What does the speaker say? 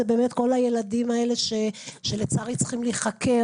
כל הילדים האלה לצערי צריכים להיחקר,